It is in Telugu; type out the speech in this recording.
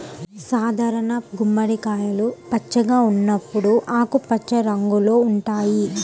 సాధారణ గుమ్మడికాయలు పచ్చిగా ఉన్నప్పుడు ఆకుపచ్చ రంగులో ఉంటాయి